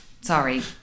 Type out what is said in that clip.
sorry